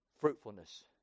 Fruitfulness